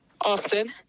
Austin